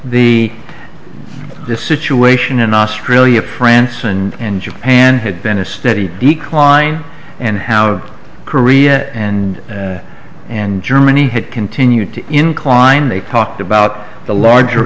the situation in australia france and japan had been a steady decline and how of korea and and germany had continued to incline they talked about the larger